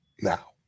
Now